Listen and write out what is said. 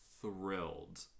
thrilled